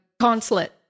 consulate